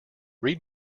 read